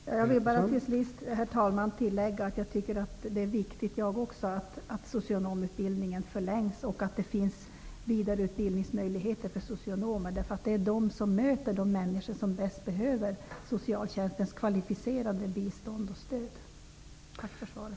Herr talman! Jag vill bara till slut tillägga att också jag tycker att det är viktigt att socionomutbildningen förlängs och att det finns vidareutbildningsmöjligheter för socionomer. Det är de som möter de människor som bäst behöver socialtjänstens kvalificerade bistånd och stöd. Än en gång tack för svaret.